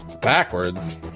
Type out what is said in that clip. backwards